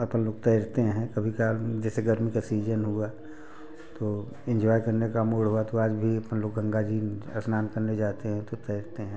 अपन लोग तैरते हैं कभी कभार जैसे गर्मी का सीजन हुआ तो इन्जॉय करने का मूड हुआ तो आज भी अपन लोग गंगा जी में स्नान करने जाते हैं तो तैरते हैं